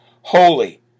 holy